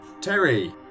Terry